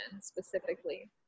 specifically